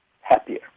happier